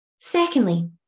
Secondly